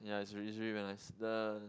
yeah it's really it's really very nice the